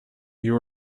you